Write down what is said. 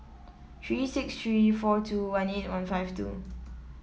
three six three four two one eight one five two